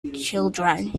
children